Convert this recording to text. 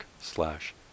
slash